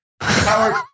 Howard